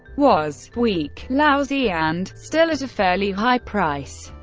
was weak, lousy and still at a fairly high price.